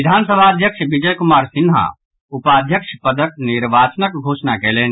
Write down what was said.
विधान सभाध्यक्ष विजय कुमार सिन्हा उपाध्यक्ष पदक निर्वाचनक घोषणा कयलनि